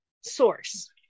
source